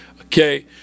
Okay